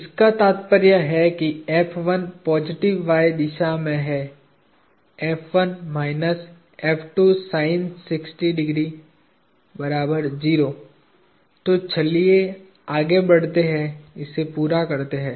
इसका तात्पर्य है कि पॉजिटिव y दिशा में है तो चलिए आगे बढ़ते हैं इसे पूरा करते हैं